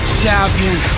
champion